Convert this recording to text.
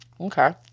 Okay